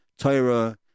Tyra